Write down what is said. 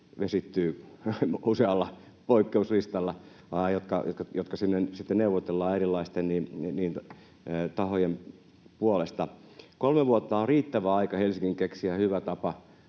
vesittyy usealla poikkeuslistalla, jotka sinne sitten neuvotellaan erilaisten tahojen puolesta. Kolme vuotta on riittävän aika Helsingin keksiä hyvä tapa,